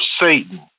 Satan